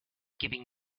giving